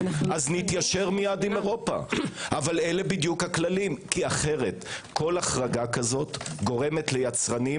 נתיישר מייד עם אירופה אבל אלה הכללים כי אחרת כל החרגה כזו גורמת ליצרנים